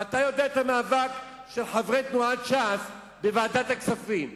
ואתה מכיר את המאבק של חברי תנועת ש"ס בוועדת הכספים.